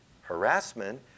harassment